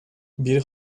bir